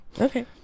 Okay